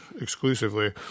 exclusively